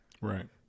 right